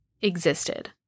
existed